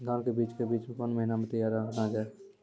धान के बीज के बीच कौन महीना मैं तैयार करना जाए?